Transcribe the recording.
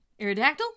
Iridactyl